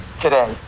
today